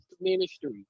ministry